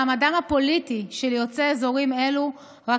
מעמדם הפוליטי של יוצאי אזורים אלו רק